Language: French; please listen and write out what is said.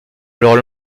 alors